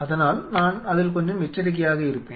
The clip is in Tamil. அதனால் நான் அதில் கொஞ்சம் எச்சரிக்கையாக இருப்பேன்